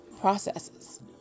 processes